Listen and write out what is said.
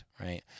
right